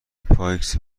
پایکس